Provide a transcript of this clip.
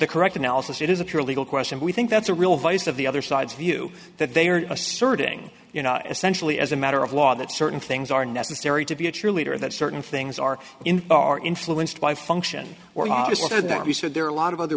the correct analysis it is a pure legal question we think that's a real vice of the other side's view that they are asserting you know essentially as a matter of law that certain things are necessary to be a cheerleader that certain things are in are influenced by function or modest or that he said there are a lot of other